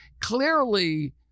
clearly